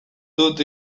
dut